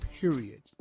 period